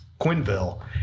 Quinville